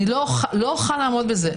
אני לא אוכל לעמוד בזה,